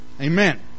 Amen